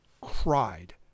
cried